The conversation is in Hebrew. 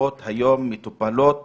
משפחות מימשו את